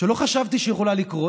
שלא חשבתי שיכולה לקרות,